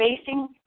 facing